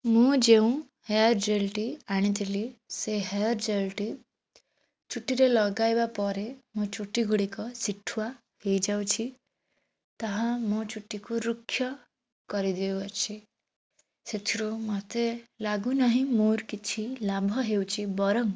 ମୁଁ ଯେଉଁ ହେୟାର୍ ଜେଲ୍ଟି ଆଣିଥିଲି ସେ ହେୟାର୍ ଜେଲ୍ଟି ଚୁଟିରେ ଲଗାଇବା ପରେ ମୋ ଚୁଟିଗୁଡ଼ିକ ସିଠୁଆ ହେଇଯାଉଛି ତାହା ମୋ ଚୁଟିକୁ ରୁକ୍ଷ କରିଦେଉଅଛି ସେଥିରୁ ମୋତେ ଲାଗୁନାହିଁ ମୋର କିଛି ଲାଭ ହେଉଛି ବରଂ